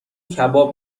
کباب